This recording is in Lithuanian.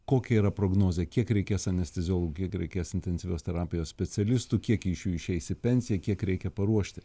kokia yra prognozė kiek reikės anesteziologų kiek reikės intensyvios terapijos specialistų kiek iš jų išeis į pensiją kiek reikia paruošti